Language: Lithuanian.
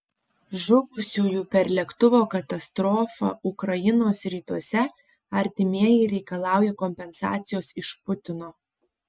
žuvusiųjų per lėktuvo katastrofą ukrainos rytuose artimieji reikalauja kompensacijos iš putino